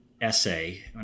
Essay